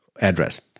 address